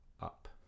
up